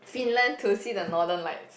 Finland to see the Northern Lights